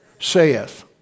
Saith